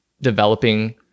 developing